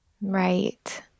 Right